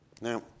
Now